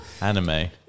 anime